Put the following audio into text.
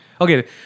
Okay